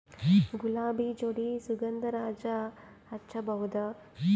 ಗುಲಾಬಿ ಜೋಡಿ ಸುಗಂಧರಾಜ ಹಚ್ಬಬಹುದ?